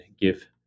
give